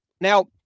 Now